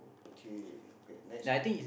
K okay next